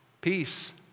peace